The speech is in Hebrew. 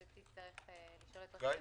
את זה תצטרך לשאול את רשות המיסים.